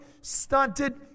stunted